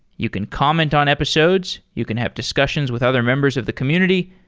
you can comment on episodes. you can have discussions with other members of the community,